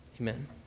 amen